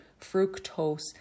Fructose